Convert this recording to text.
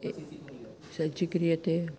ए सज्जीक्रियते